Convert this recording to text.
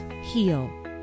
heal